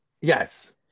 yes